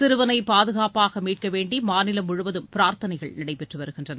சிறுவனை பாதுகாப்பாக மீட்க வேண்டி மாநிலம் முழுவதும் பிரா்த்தனைகள் நடைபெற்று வருகின்றன